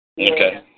Okay